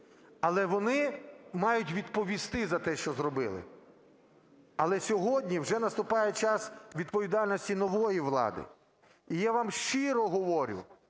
Але вони мають відповісти за те, що зробили. Але сьогодні вже наступає час відповідальності нової влади. І я вам щиро говорю,